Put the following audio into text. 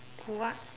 what